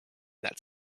that